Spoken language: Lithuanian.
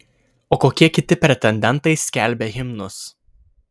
o kokie kiti pretendentai skelbia himnus